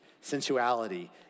sensuality